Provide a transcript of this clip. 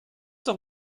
doch